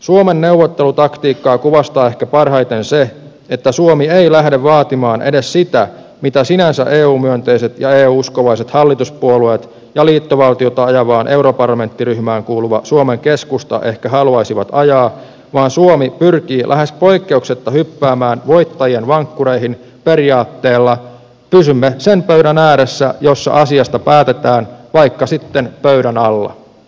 suomen neuvottelutaktiikkaa kuvastaa ehkä parhaiten se että suomi ei lähde vaatimaan edes sitä mitä sinänsä eu myönteiset ja eu uskovaiset hallituspuolueet ja liittovaltiota ajavaan europarlamenttiryhmään kuuluva suomen keskusta ehkä haluaisivat ajaa vaan suomi pyrkii lähes poikkeuksetta hyppäämään voittajien vankkureihin periaatteella pysymme sen pöydän ääressä jossa asiasta päätetään vaikka sitten pöydän alla